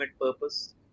purpose